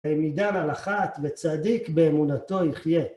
ומידן הלכה וצדיק באמונתו יחיה.